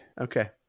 Okay